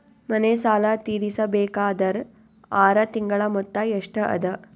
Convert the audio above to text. ಮನೆ ಸಾಲ ತೀರಸಬೇಕಾದರ್ ಆರ ತಿಂಗಳ ಮೊತ್ತ ಎಷ್ಟ ಅದ?